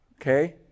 Okay